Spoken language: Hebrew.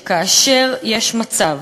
שכאשר יש מצב